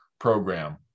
program